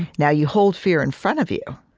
now, you hold fear in front of you,